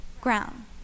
ground